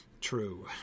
true